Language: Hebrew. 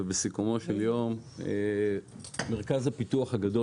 ובסיכומו של יום מרכז הפיתוח הגדול